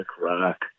Rock